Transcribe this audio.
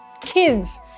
kids